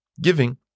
giving